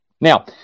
Now